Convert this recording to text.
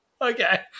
Okay